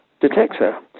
detector